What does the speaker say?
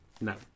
No